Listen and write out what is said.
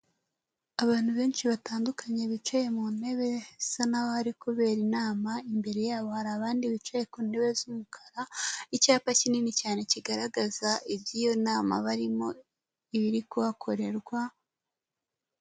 Abantu benshi batandukanye bicaye mu ntebe, bisa n'aho hari kubera inama. Imbere yabo hari abandi bicaye ku ntebe z'umukara, icyapa kinini cyane kigaragaza iby'iyo nama barimo ibiri kuhakorerwa.